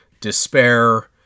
despair